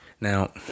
Now